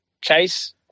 Chase